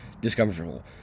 discomfortable